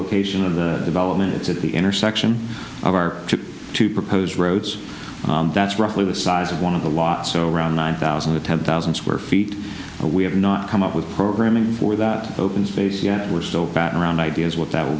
location of the development it's at the intersection of our to propose roads that's roughly the size of one of the lot so around nine thousand to ten thousand square feet we have not come up with programming for that open space yet we're still bat around ideas what that w